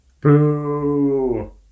Boo